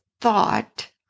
thought